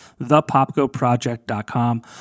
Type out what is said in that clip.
thepopgoproject.com